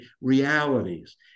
realities